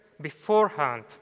beforehand